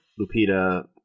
Lupita